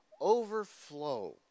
overflow